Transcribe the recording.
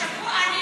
שבוע.